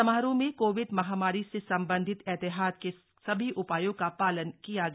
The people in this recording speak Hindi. समारोह में कोविड महामारी से संबंधित एहतियात के सभी उपायों का पालन किया गया